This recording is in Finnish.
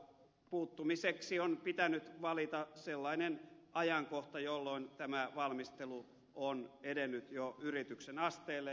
puuttumiseksi on pitänyt valita sellainen ajankohta jolloin tämä valmistelu on edennyt jo yrityksen asteelle